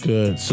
Good